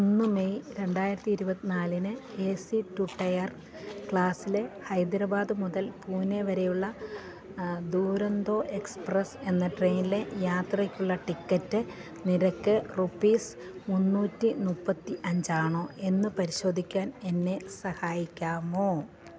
ഒന്ന് മെയ് രണ്ടായിരത്തി ഇരുപത്തി നാലിന് എ സി ടു ടയർ ക്ലാസിലെ ഹൈദരാബാദ് മുതൽ പൂനെ വരെയുള്ള തുരന്തോ എക്സ്പ്രസ്സ് എന്ന ട്രെയിനിലെ യാത്രയ്ക്കുള്ള ടിക്കറ്റ് നിരക്ക് റുപ്പീസ് മുന്നൂറ്റി മുപ്പത്തി അഞ്ചാണോ എന്ന് പരിശോധിക്കാൻ എന്നെ സഹായിക്കാമോ